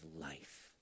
life